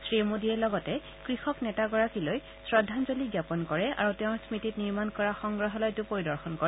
শ্ৰীমোদীয়ে লগতে কৃষক নেতাগৰাকীলৈ শ্ৰদ্ধাঞ্জলী জ্ঞাপন কৰে আৰু তেওঁৰ স্মৃতিত নিৰ্মাণ কৰা সংগ্ৰহালয়টো পৰিদৰ্শন কৰে